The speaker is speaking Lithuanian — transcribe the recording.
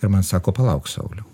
ir man sako palauk sauliau